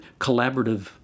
collaborative